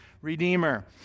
redeemer